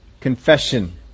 confession